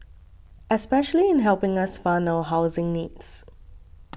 especially in helping us fund our housing needs